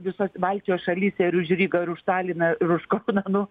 visos baltijos šalyse ir už rygą ir už taliną ir už kauną nu